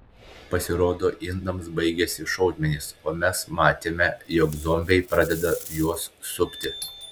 pasirodo indams baigėsi šaudmenys o mes matėme jog zombiai pradeda juos supti